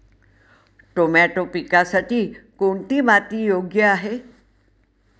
Tomato पिकासाठी कोणती माती योग्य आहे?